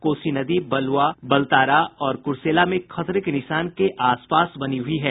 कोसी नदी बसुआ बलतारा और कुरसेला में खतरे के निशान के पास बनी हुई है